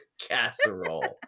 Casserole